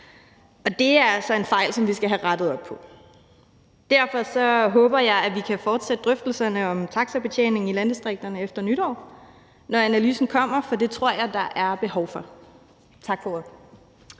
altså en fejl, som vi skal have rettet op på. Derfor håber jeg, at vi kan fortsætte drøftelserne om taxabetjeningen i landdistrikterne efter nytår, når analysen kommer, for det tror jeg der er behov for. Tak for ordet.